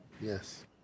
Yes